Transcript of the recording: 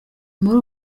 muri